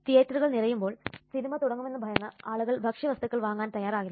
തിയേറ്ററുകൾ നിറയുമ്പോൾ സിനിമ തുടങ്ങുമെന്ന് ഭയന്ന് ആളുകൾ ഭക്ഷ്യവസ്തുക്കൾ വാങ്ങാൻ തയ്യാറാകില്ല